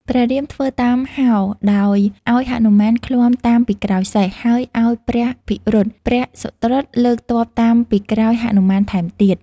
ព្រះរាមធ្វើតាមហោរ ដោយឱ្យហនុមានឃ្លាំតាមពីក្រោយសេះ ហើយឱ្យព្រះភិរុត ព្រះសុត្រុតលើកទ័ពតាមពីក្រោយហនុមានថែមទៀត។